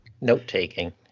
note-taking